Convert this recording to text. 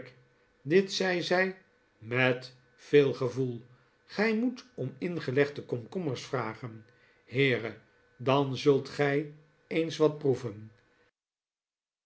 dit zei zij met veel gevoel gij moet om ingelegde komkommers vragen heere dan zult gij eens wat proeven